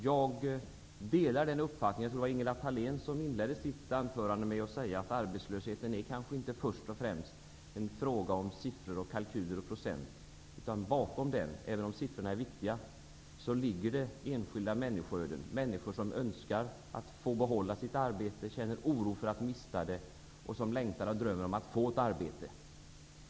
Ingela Thalén inledde sitt anförande med att säga att arbetslösheten först och främst inte är en fråga om siffror, kalkyler och procent, även om siffrorna är viktiga. Men bakom dem finns det människoöden, människor som vill behålla sitt arbete, känner oro för att mista det eller som drömmer om att få ett arbete.